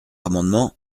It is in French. amendement